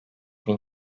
bin